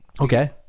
Okay